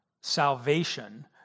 salvation